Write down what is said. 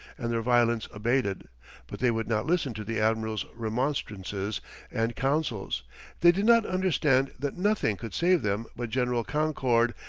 and their violence abated but they would not listen to the admiral's remonstrances and counsels they did not understand that nothing could save them but general concord,